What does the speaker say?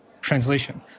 translation